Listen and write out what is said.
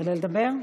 עולה לדבר?